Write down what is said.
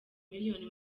miliyoni